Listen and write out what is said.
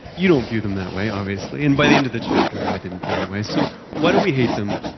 you don't view them that way, obviously. and by the end of the chapter, i didn't feel that way. so, why do we hate them,